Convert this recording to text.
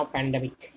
Pandemic